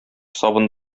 сабын